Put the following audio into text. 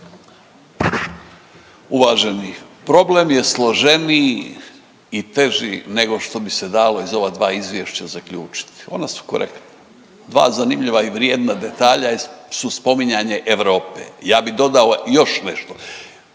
Uvaženi, problem je složeniji i teži nego što bi se dalo iz ova dva izvješća zaključiti. Ona su korektna. Dva zanimljiva i vrijedna detalja je, su spominjanje Europe. Ja bi dodao još nešto.